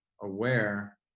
aware